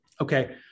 Okay